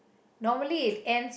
normally it end